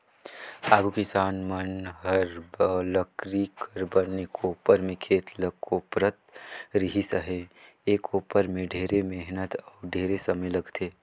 आघु किसान मन हर लकरी कर बने कोपर में खेत ल कोपरत रिहिस अहे, ए कोपर में ढेरे मेहनत अउ ढेरे समे लगथे